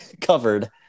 covered